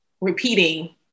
repeating